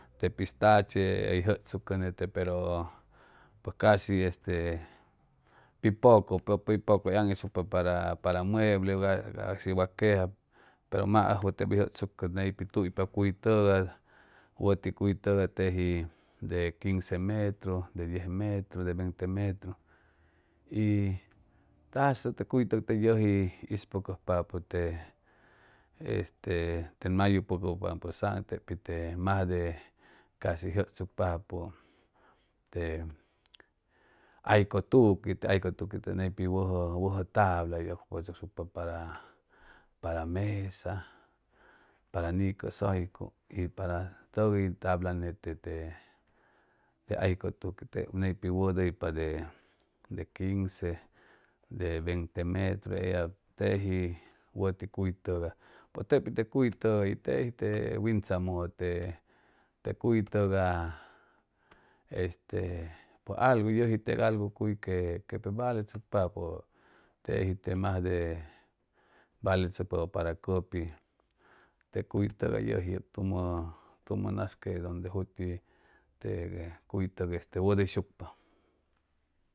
Te pistache hʉy jʉchsucʉ nete pero pʉj casi este pi poco pi poco hʉy aŋitsucpa para para mueble wa queja pero maʉjwʉ tep hʉy mahʉyshucʉ ney pi tuypa cuytʉgay wʉti cuy tʉgay teji de quince metru de diez metru de veinte metru y tazʉ te cuy tʉg yʉji ispʉcʉjpapʉ te este te mayucpʉcʉsaam tepi te masde casi hʉy jʉchsucpapʉ te haycʉtuqui te haycʉtuqui ney pi wʉjʉ tabla hʉy ʉcupachʉcsucpa para para mesa para nicʉsʉytcuy y para tʉg hʉy tabla nete te haycʉtuqui tep neypi wʉdʉypa de de quince de veinte metru eyab teji wʉti cuytʉgay pues tep te cuytʉ y teji te wintzamʉ te te cuy tʉgay este pʉj algu yʉji tep algu cuy que que tʉn valechʉcpapʉ teji te majde valechʉcpapʉ para cʉpi te cuytʉgay yʉji tumʉ tumʉ nas que donde juti te cuy tʉg este wʉdʉyshucpa